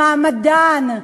מעמדן,